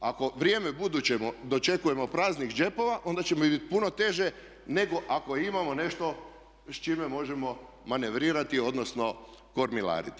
Ako vrijeme buduće dočekujemo praznih džepova onda ćemo i puno teže nego ako imamo nešto s čime možemo manevrirati odnosno kormilariti.